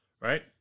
right